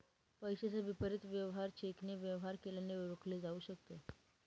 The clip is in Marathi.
पैशाच्या विपरीत वेवहार चेकने वेवहार केल्याने रोखले जाऊ शकते